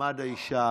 מעמד האישה,